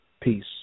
Peace